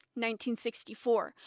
1964